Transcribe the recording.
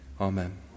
Amen